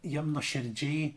jiem nuoširdžiai